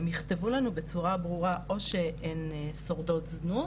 הן יכתבו לנו בצורה ברורה, או שהן שורדות זנות,